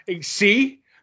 See